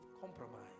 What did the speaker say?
Compromise